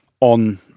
on